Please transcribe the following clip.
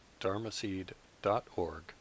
dharmaseed.org